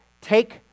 Take